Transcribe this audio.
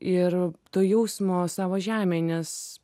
ir to jausmo savo žemei nes